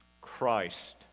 Christ